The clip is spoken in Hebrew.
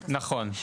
נכון.